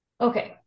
Okay